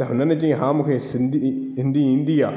त हुननि चयईं हा मूंखे सिंधी हिंदी ईंदी आहे